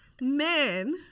men